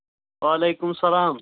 وعلیکُم السلام